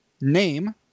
name